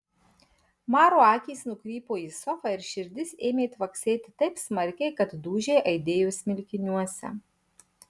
maro akys nukrypo į sofą ir širdis ėmė tvaksėti taip smarkiai kad dūžiai aidėjo smilkiniuose